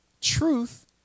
Truth